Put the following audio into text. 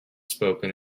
spoken